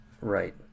Right